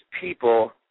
people